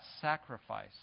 sacrifice